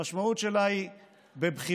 המשמעות שלה היא שבבחירות